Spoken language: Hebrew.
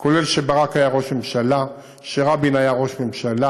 כולל כשברק היה ראש ממשלה, כשרבין היה ראש ממשלה,